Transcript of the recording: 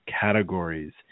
categories